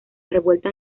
revueltas